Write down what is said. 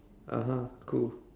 (uh huh) cool